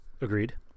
Agreed